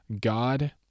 God